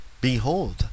Behold